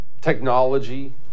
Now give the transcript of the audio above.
technology